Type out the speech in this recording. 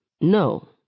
No